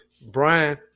Brian